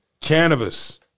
cannabis